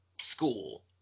school